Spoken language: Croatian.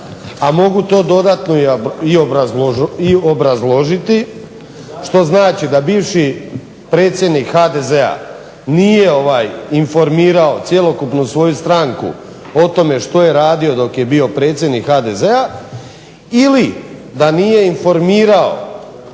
a mogu to dodatno i obrazložiti što znači da bivši predsjednik HDZ-a nije informirao cjelokupnu svoju stranku o tome što je radio dok je bio predsjednik HDZ-a ili da nije informirao